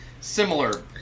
similar